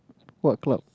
what club